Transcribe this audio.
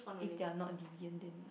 if they are not deviant then like